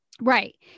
Right